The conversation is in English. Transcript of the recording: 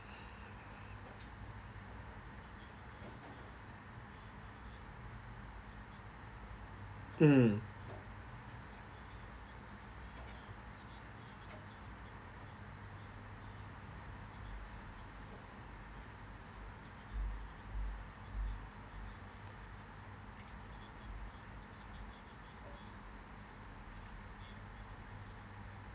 mm